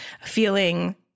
feeling